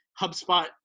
HubSpot